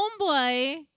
homeboy